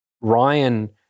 Ryan